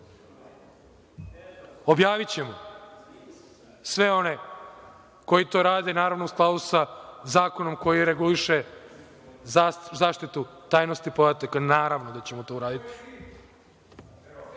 kriv?)Objavićemo sve one koji to rade, naravno, u skladu sa zakonom koji reguliše zaštitu tajnosti podataka. Naravno da ćemo to uraditi.(Petar